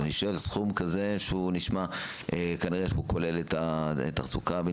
ולכן כשמדברים על התשלום לבית החולים,